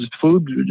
food